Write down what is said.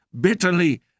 bitterly